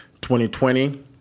2020